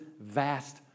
vast